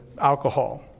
alcohol